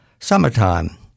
summertime